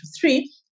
three